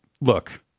look